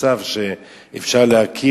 כי אין מצב שאפשר להכיר,